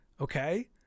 Okay